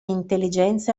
intelligenze